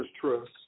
trust